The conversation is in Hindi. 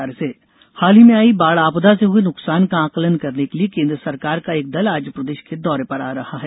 केन्द्रीय दल हाल ही में आई बाढ़ आपदा से हुए नुकसान का आंकलन करने के लिए केंद्र सरकार का एक दल आज प्रदेश के दौरे पर आ रहा है